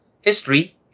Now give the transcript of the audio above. history